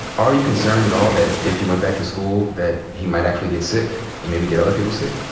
are you concerned at all that if he went back to school, that he might actually get sick and maybe get other people sick?